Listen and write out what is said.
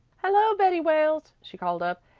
hello, betty wales, she called up.